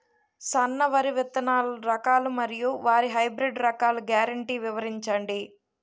సన్న వరి విత్తనాలు రకాలను మరియు వరి హైబ్రిడ్ రకాలను గ్యారంటీ వివరించండి?